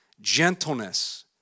gentleness